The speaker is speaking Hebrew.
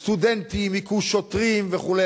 סטודנטים הכו שוטרים, וכו'.